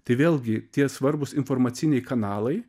tai vėlgi tie svarbūs informaciniai kanalai